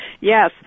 Yes